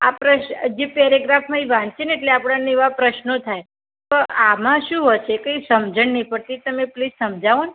આ પ્રશ જે પેરેગ્રાફમાંથી વાંચીએને એટલે આપણને એવા પ્રશ્નો થાય કે આમાં શું હશે કંઈ સમજણ નથી પડતી તમે પ્લીસ સમજાવોને